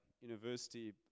university